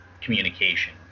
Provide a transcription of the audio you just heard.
communication